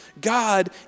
God